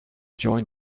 join